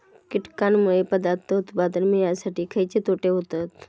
कीटकांनमुळे पदार्थ उत्पादन मिळासाठी खयचे तोटे होतत?